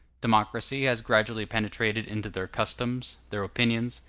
democracy has gradually penetrated into their customs, their opinions,